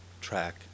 track